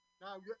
Now